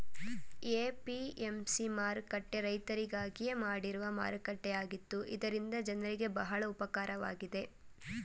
APMC ಮಾರುಕಟ್ಟೆ ರೈತರಿಗಾಗಿಯೇ ಮಾಡಿರುವ ಮಾರುಕಟ್ಟೆಯಾಗಿತ್ತು ಇದರಿಂದ ಜನರಿಗೆ ಬಹಳ ಉಪಕಾರವಾಗಿದೆ